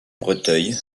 breteuil